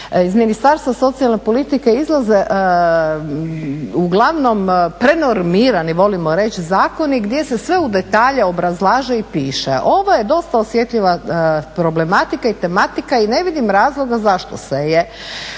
iz Ministarstva socijalne politike izlaze uglavnom prenormirani, volimo reći zakoni gdje se sve u detalje obrazlaže i piše. Ovo je dosta osjetljiva problematika i tematika i ne vidim razloga zašto se je